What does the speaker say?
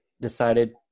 decided